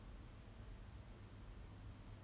I also don't know what they are thinking but